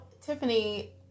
Tiffany